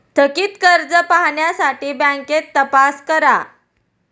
थकित कर्ज पाहण्यासाठी बँकेत तपास करा